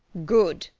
good!